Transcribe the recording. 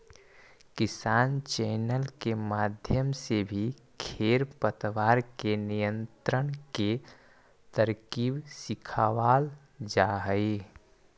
किसान चैनल के माध्यम से भी खेर पतवार के नियंत्रण के तरकीब सिखावाल जा हई